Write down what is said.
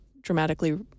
dramatically